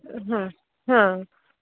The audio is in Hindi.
हाँ हाँ